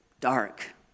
dark